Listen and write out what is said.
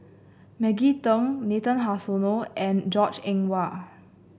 Maggie Teng Nathan Hartono and Goh Eng Wah